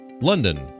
London